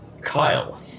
Kyle